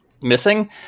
missing